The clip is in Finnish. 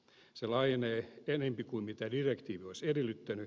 se laajenee enempi kuin mitä direktiivi olisi edellyttänyt